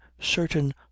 certain